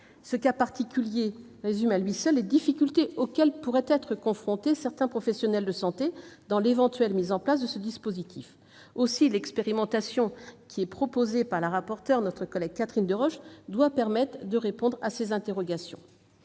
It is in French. Ce cas particulier résume à lui seul les difficultés auxquelles pourraient être confrontés certains professionnels de santé en cas de mise en place de ce dispositif. L'expérimentation proposée par la rapporteure, Catherine Deroche, doit permettre de répondre à ces interrogations.